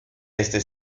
este